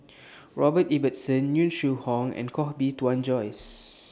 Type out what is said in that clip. Robert Ibbetson Yong Shu Hoong and Koh Bee Tuan Joyce